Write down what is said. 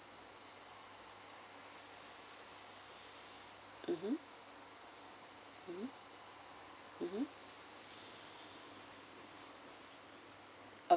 mmhmm mmhmm mmhmm